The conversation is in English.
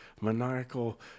maniacal